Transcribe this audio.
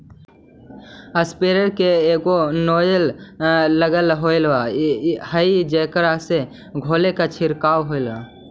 sprayer में एगो nozzle लगल होवऽ हई जेकरा से धोल के छिडकाव होवऽ हई